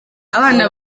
abana